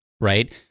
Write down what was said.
right